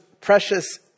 precious